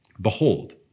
Behold